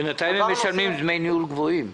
בינתיים הם משלמים דמי ניהול גבוהים.